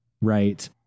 Right